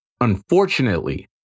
Unfortunately